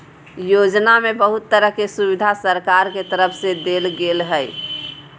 योजना में बहुत तरह के सुविधा सरकार के तरफ से देल गेल हइ